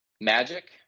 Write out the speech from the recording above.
Magic